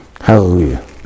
Hallelujah